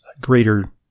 greater